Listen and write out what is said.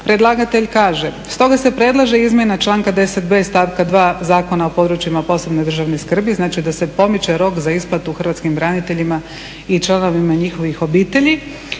predlagatelj kaže "Stoga se predlaže izmjena članka 10.b stavka 2. Zakona o područjima od posebne državne skrbi" znači da se pomiče rok za isplatu hrvatskim braniteljima i članovima njihovih obitelji